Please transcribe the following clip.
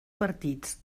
partits